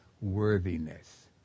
worthiness